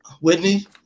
Whitney